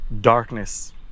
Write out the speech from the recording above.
darkness